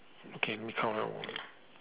okay let me count ah